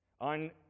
On